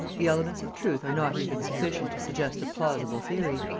the elements of truth are not even sufficient to suggest a plausible theory.